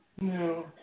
No